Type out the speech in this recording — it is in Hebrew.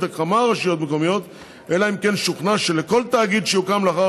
לכמה רשויות מקומיות אלא אם כן שוכנע שלכל תאגיד שיוקם לאחר